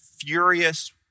furious